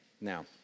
now